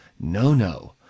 no-no